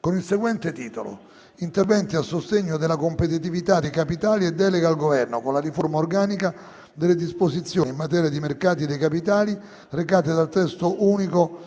con il seguente titolo: «Interventi a sostegno della competitività dei capitali e delega al Governo per la riforma organica delle disposizioni in materia di mercati dei capitali recate dal testo unico